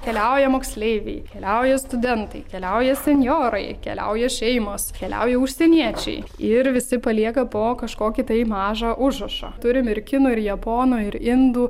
keliauja moksleiviai keliauja studentai keliauja senjorai keliauja šeimos keliauja užsieniečiai ir visi palieka po kažkokį tai mažą užrašą turim ir kinų ir japonų ir indų